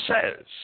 says